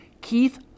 Keith